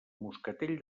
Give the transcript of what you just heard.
moscatell